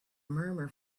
murmur